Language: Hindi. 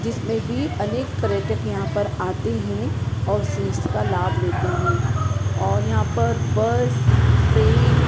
जिसमें भी अनेक पर्यटक यहाँ पर आते हैं और सिंहस्थ का लाभ लेते हैं और यहाँ पर बस ट्रेन